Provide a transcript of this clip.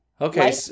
Okay